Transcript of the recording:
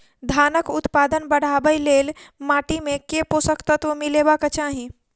धानक उत्पादन बढ़ाबै लेल माटि मे केँ पोसक तत्व मिलेबाक चाहि?